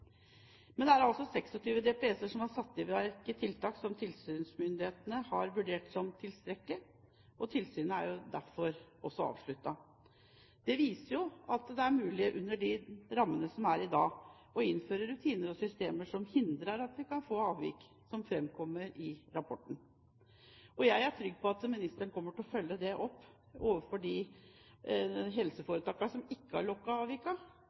Men det er altså 26 DPS-er som har satt i verk tiltak som tilsynsmyndighetene har vurdert som tilstrekkelige, og tilsynet er som sagt avsluttet. Det viser jo at det er mulig med de rammene som er i dag, å innføre rutiner og systemer som hindrer at vi får avvik som de som framkommer i rapporten. Jeg er trygg på at ministeren kommer til å følge det opp overfor de helseforetakene som ikke har